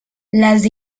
les